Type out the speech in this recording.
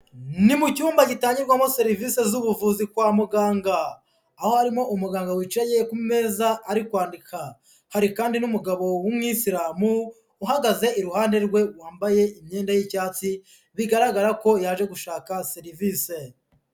Ni mu cyumba gitangirwamo serivisi z'ubuvuzi kwa muganga, aho harimo umuganga wicaye ku meza ari kwandika, hari kandi n'umugabo w'umwisilamu, uhagaze iruhande rwe wambaye imyenda y'icyatsi bigaragara ko yaje gushaka serivisi.